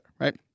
right